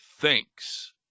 thinks